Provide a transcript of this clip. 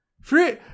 free